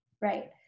Right